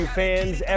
fans